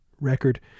record